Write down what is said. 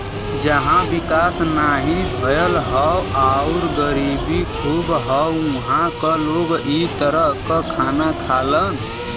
जहां विकास नाहीं भयल हौ आउर गरीबी खूब हौ उहां क लोग इ तरह क खाना खालन